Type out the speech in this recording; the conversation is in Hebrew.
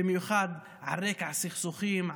במיוחד על רקע סכסוכים,